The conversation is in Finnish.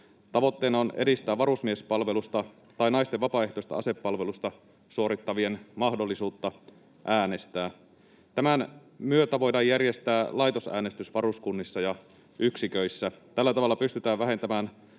Tavoitteena on edistää varusmiespalvelusta ja naisten vapaaehtoista asepalvelusta suorittavien mahdollisuutta äänestää. Tämän myötä voidaan järjestää laitosäänestys varuskunnissa ja yksiköissä. Tällä tavalla pystytään vähentämään